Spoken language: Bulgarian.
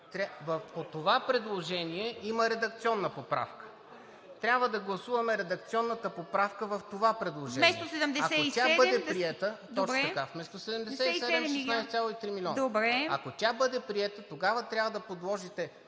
това предложение има редакционна поправка. Трябва да гласуваме редакционната поправка в това предложение. Ако тя бъде приета… Точно така. Вместо